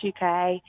UK